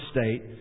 state